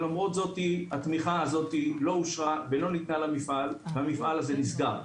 התמיכה הזאת לא אושרה והמפעל הזה נסגר.